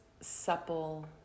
supple